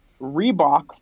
Reebok